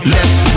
Left